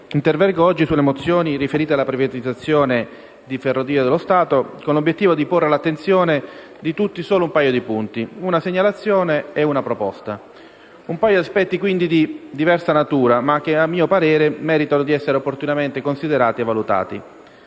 intervengo oggi sulle mozioni riferite alla privatizzazione di Ferrovie dello Stato con l'obiettivo di porre all'attenzione di tutti solo una segnalazione e una proposta su un paio di aspetti di diversa natura che - a mio parere - meritano di essere opportunamente considerati e valutati.